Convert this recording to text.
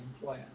employer